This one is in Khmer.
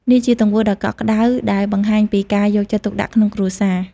នេះជាទង្វើដ៏កក់ក្តៅដែលបង្ហាញពីការយកចិត្តទុកដាក់ក្នុងគ្រួសារ។